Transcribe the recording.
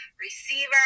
receiver